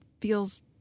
feels